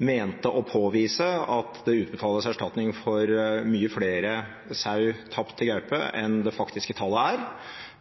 mente å påvise at det utbetales erstatning for mye flere sau tapt til gaupe enn det faktiske tallet